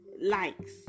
likes